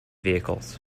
vehicles